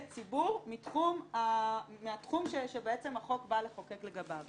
ציבור מהתחום שבעצם החוק בא לחוקק לגביו.